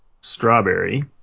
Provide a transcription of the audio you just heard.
Strawberry